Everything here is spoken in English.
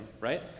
right